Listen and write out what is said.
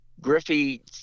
Griffey